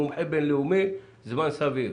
מומחה בין-לאומי, זמן סביר.